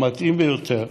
המתאים ביותר,